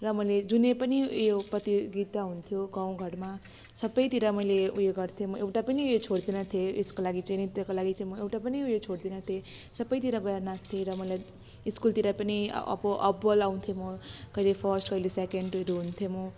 र मैले जुनै पनि उयो प्रतियोगिता हुन्थ्यो गाउँघरमा सबैतिर मैले उयो गर्थेँ म एउटा पनि उयो छोड्दिनँ थिएँ यसको लागि चाहिँ नृत्यको लागि चाहिँ एउटै पनि उयो छोड्दिनँ थिएँ सबैतिर गएर नाच्थेँ र मलाई स्कुलतिर पनि अब्बल आउँथेँ म कहिले फर्स्ट कहिले सेकेन्डहरू हुन्थेँ म